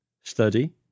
study